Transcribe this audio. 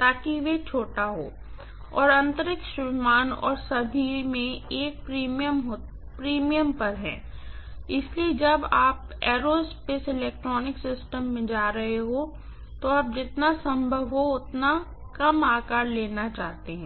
ताकि वे छोटा हो और अंतरिक्ष विमान और सभी में एक प्रीमियम पर है इसलिए जब आप एयरोस्पेस इलेक्ट्रॉनिक्स सिस्टम में जा रहे हों तो आप जितना संभव हो उतना कम आकार लेना चाहते हैं